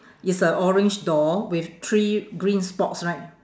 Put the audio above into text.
it's a orange door with three green spots right